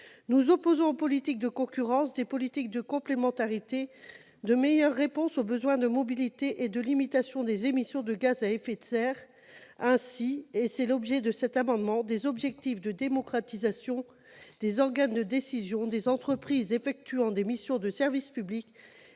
Nous opposons aux politiques de concurrence des politiques de complémentarité, de meilleures réponses aux besoins de mobilité et de limitation des émissions de gaz à effet de serre, mais aussi- tel est l'objet de cet amendement -des objectifs de démocratisation des organes de décision des entreprises effectuant des missions de service public